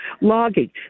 logging